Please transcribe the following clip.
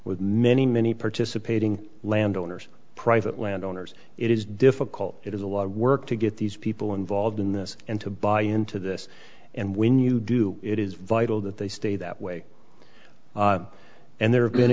with many many participating landowners private land owners it is difficult it is a lot of work to get these people involved in this and to buy into this and when you do it is vital that they stay that way and there have